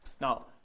Now